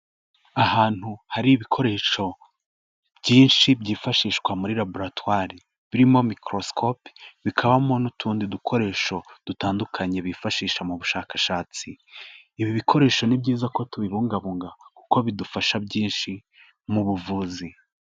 Ahantu hari ibikoresho byinshi byifashishwa muri laboratoire; birimo microscope, bikabamo n'utundi dukoresho dutandukanye bifashisha mu bushakashatsi. Ibi bikoresho ni byiza ko tubibungabunga, kuko bidufasha byinshi mu buvuzi.